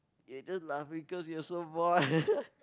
you are just laughing cause you also bored